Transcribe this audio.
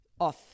off